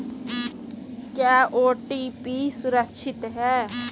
क्या ओ.टी.पी सुरक्षित है?